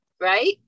right